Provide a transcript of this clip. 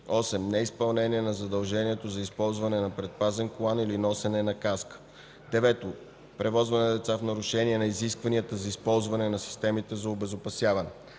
8. неизпълнение на задължението за използване на предпазен колан или носене на каска; 9. превозване на деца в нарушение на изискванията за използване на системите за обезопасяване.